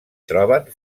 troben